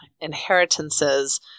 inheritances